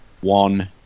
One